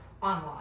online